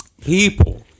People